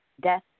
death